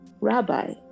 Rabbi